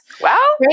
Wow